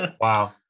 Wow